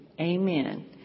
Amen